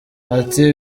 ati